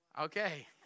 Okay